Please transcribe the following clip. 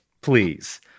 please